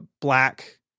black